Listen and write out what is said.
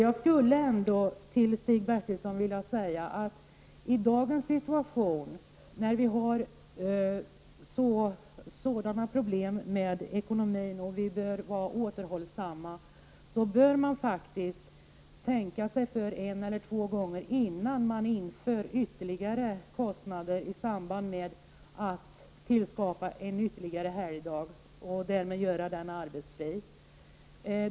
Jag skulle till Stig Bertilsson vilja säga att vi i dagens situation, när vi har sådana problem med ekonomin och måste vara återhållsamma, bör tänka oss för en eller två gånger innan vi inför ytterligare kostnader i samband med tillskapandet av ytterligare en helgdag, en dag som därmed görs arbetsfri.